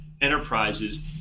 enterprises